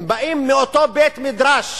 הם באים מאותו בית-מדרש